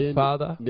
father